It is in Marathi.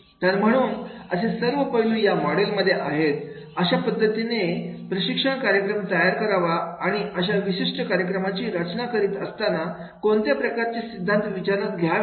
तर म्हणून असे सर्व पैलू या मॉडेलमध्ये आहे अशा पद्धतीने प्रशिक्षण कार्यक्रम तयार करावा आणि अशा विशिष्ट कार्यक्रमाची रचना करत असताना कोणत्या प्रकारची सिद्धांत विचारात घ्यावेत